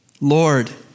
Lord